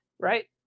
Right